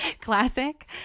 classic